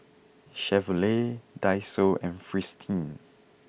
Chevrolet Daiso and Fristine